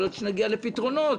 יכול להיות שנגיע לפתרונות,